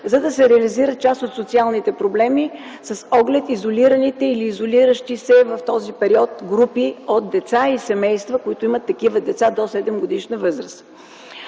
за да се реализират част от социалните проблеми с оглед изолиращи се в този период групи от деца и семейства, които имат деца до 7 годишна възраст.